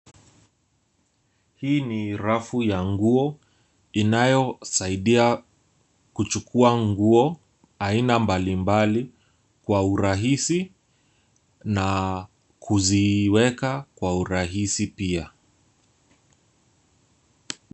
Hii ni rafu ya nguo inayosaidia kuchukua nguo aina mbalimbali kwa urahisi na kuziweka kwa urahisi pia.